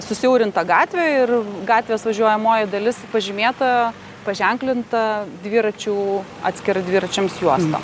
susiaurinta gatvė ir gatvės važiuojamoji dalis pažymėta paženklinta dviračių atskira dviračiams juosta